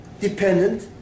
dependent